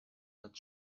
not